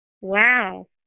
wow